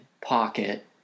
pocket